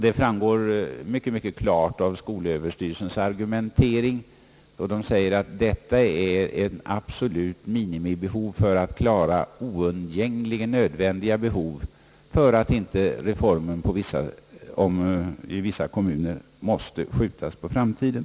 Det framgår mycket klart av skolöverstyrelsens argumentering, att beloppet är ett absolut minimibelopp för att klara oundgängligt nödvändiga behov, så att inte reformen i vissa kommuner måste skjutas på framtiden.